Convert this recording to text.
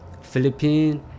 Philippines